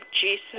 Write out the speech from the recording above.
Jesus